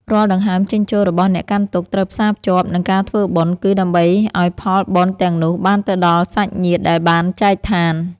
រាល់ដង្ហើមចេញចូលរបស់អ្នកកាន់ទុក្ខត្រូវផ្សារភ្ជាប់នឹងការធ្វើបុណ្យ គឺ ដើម្បីឱ្យផលបុណ្យទាំងនោះបានទៅដល់សាច់ញាតិដែលបានចែកឋាន។